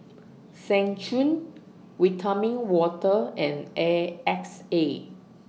Seng Choon Vitamin Water and A X A